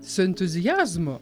su entuziazmu